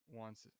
wants